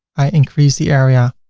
i increase the area.